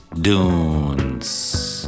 Dunes